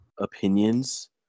opinions